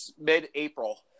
Mid-April